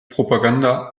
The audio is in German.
propaganda